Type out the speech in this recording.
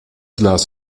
glas